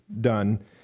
done